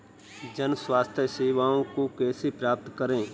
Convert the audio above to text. जन स्वास्थ्य सेवाओं को कैसे प्राप्त करें?